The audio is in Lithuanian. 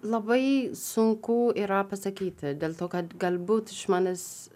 labai sunku yra pasakyti dėl to kad galbūt žmonės